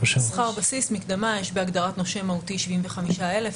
שכר בסיס, מקדמה, יש בהגדרת נושה מהותי 75 אלף.